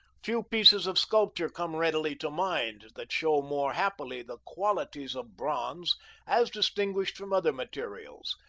few pieces of sculpture come readily to mind that show more happily the qualities of bronze as distinguished from other materials.